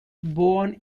born